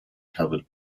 covered